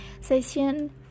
session